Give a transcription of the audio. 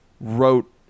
wrote